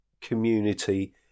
community